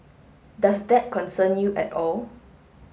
does that concern you at all